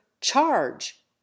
CHARGE